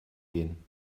gehen